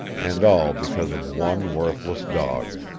and all because of one worthless dog.